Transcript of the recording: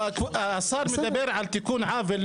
כבוד השר מדבר על תיקון עוול.